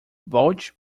volte